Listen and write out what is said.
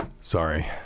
Sorry